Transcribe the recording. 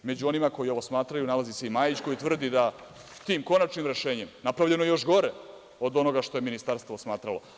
Među onima koji ovo smatraju nalazi se i Majić koji tvrdi da tim konačnim rešenjem napravljeno je još gore od onoga što je Ministarstvo smatralo.